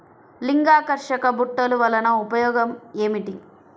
లింగాకర్షక బుట్టలు వలన ఉపయోగం ఏమిటి?